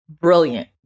brilliant